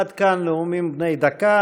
עד כאן נאומים בני דקה.